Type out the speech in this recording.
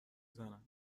زنم